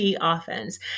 offense